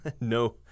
no